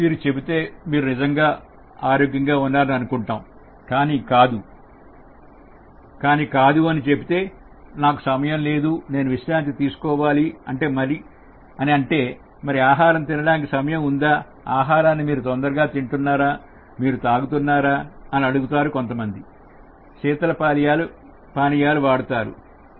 మీరు చెబితే మీరు నిజంగా ఆరోగ్యంగా ఉన్నారు అనుకుంటాం కానీ కాదు అని చెబితే నాకు సమయం లేదు నేను విశ్రాంతి తీసుకోవాలి అని అంటే మరి ఆహారం తినడానికి సమయం ఉందా లేదా ఆహారాన్ని మీరు తొందరగా తింటున్నారా మీరు తాగుతున్నారా అని అడుగుతాం కొంతమంది శీతలపానీయాలు వాడుతారు